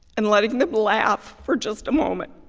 and letting them laugh for just a moment.